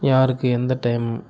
யாருக்கு எந்த டைம்